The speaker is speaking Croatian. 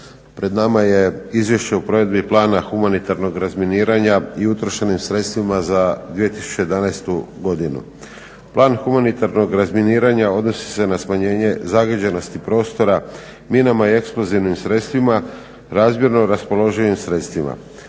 Pred nama je Izvješće o provedbi Plana humanitarnog razminiranja i utrošenim sredstvima za 2011. godinu. Plan humanitarnog razminiranja odnosi se na smanjenje zagađenosti prostora minama i eksplozivnim sredstvima razmjerno raspoloživim sredstvima.